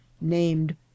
named